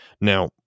Now